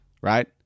right